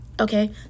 Okay